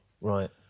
Right